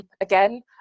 Again